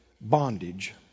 bondage